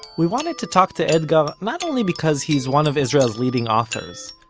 we wanted to talk to etgar not only because he's one of israel's leading authors,